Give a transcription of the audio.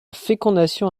fécondation